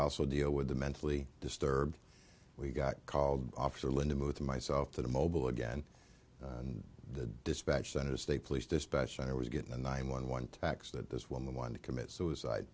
also deal with the mentally disturbed we got called officer linda moved myself to the mobile again and the dispatch center the state police dispatch i was getting the nine one one tax that this woman wanted to commit suicide